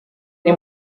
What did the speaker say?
ari